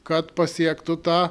kad pasiektų tą